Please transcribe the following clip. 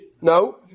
No